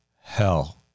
hell